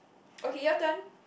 okay your turn